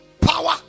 power